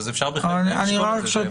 אפשר בהחלט לחשוב על זה.